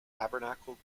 tabernacle